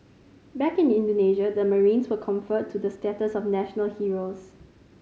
back in Indonesia the marines were conferred the status of national heroes